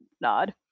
Nod